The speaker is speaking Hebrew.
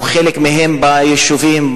וחלק מהם ביישובים,